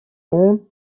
اون